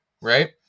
right